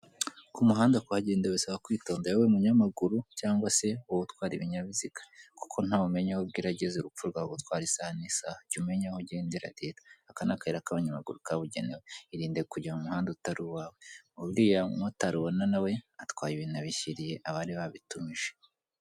Kumuhanda kuhagenda bisaba kwitonda, yewe munyamaguru cyangwa se wowe utwara ibinyabiziga, kuko ntawumenya aho bwira ageze, urupfu rwagutwara isaha n'isaha, jya umenya aho ugendera rero, aka n'akayira k'abanyamaguru kabugenewe, irinde kujya mumuhanda utari uwawe. Uriya mu motari ubona nawe atwaye ibintu abishyiriye abari babitumije.